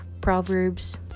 Proverbs